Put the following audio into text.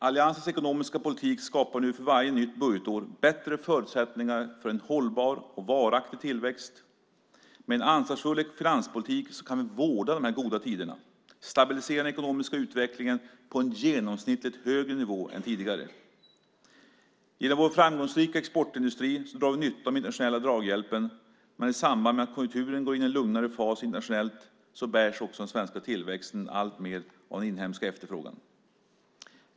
Alliansens ekonomiska politik skapar för varje nytt budgetår bättre förutsättningar för en hållbar och varaktig tillväxt. Med en ansvarsfull finanspolitik kan vi vårda de goda tiderna och stabilisera den ekonomiska utvecklingen på en genomsnittligt högre nivå än tidigare. Genom vår framgångsrika exportindustri drar vi nytta av den internationella draghjälpen, men i samband med att konjunkturen går in i en lugnare fas internationellt bärs den svenska tillväxten alltmer av den inhemska efterfrågan.